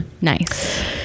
Nice